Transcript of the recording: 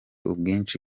ubwinshi